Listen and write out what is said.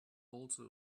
also